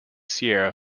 sierra